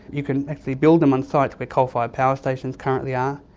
you can actually build them on sites where coal-fired power stations currently are.